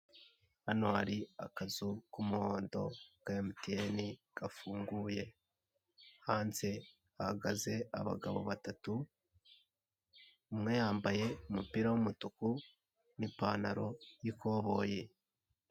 Hano hari akazu k'umuhondo ka emutieni gafunguye. Hanze hahagaze abagabo batatu, umwe yambaye umupira w'umutuku n'ipantaro y'ikoboyi.